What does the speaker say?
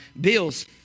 Bill's